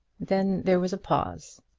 then there was a pause.